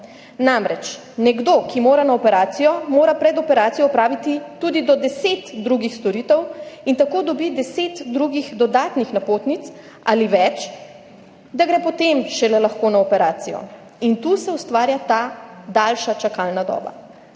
Namreč, nekdo, ki mora na operacijo, mora pred operacijo opraviti tudi do 10 drugih storitev in tako dobi 10 drugih dodatnih napotnic ali več, da gre šele potem lahko na operacijo. In tu se ustvarja ta daljša čakalna doba.